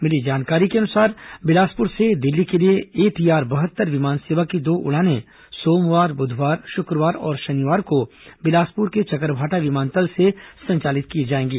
भिली जानकारी के अनुसार बिलासपुर से दिल्ली के लिए एटीआर बहत्तर विमान सेवा की दो उड़ाने सोमवार बुधवार शुक्रवार और शनिवार को बिलासपुर के चकरभाटा विमानतल से संचालित की जाएंगी